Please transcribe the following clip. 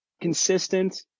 consistent